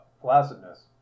Placidness